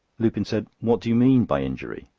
lupin said what do you mean by injury?